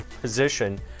position